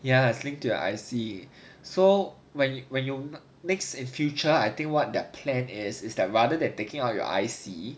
ya is linked to your I see so when when you next in future I think what their plan is is that rather than taking out your I_C